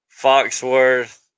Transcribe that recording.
Foxworth